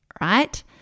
right